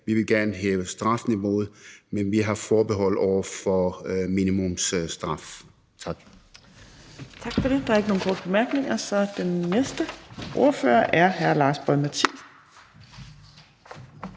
Vi vil gerne hæve strafniveauet, men vi har forbehold over for minimumsstraf. Tak. Kl. 14:26 Fjerde næstformand (Trine Torp): Tak for det. Der er ikke nogen korte bemærkninger, så den næste ordfører er hr. Lars Boje Mathiesen